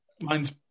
mine's